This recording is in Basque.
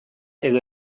edo